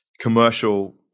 commercial